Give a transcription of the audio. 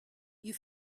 you